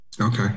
Okay